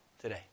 today